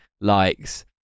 likes